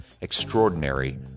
Extraordinary